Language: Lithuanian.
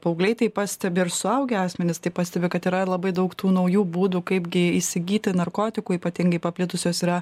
paaugliai tai pastebi ir suaugę asmenys tai pastebi kad yra labai daug tų naujų būdų kaip gi įsigyti narkotikų ypatingai paplitusios yra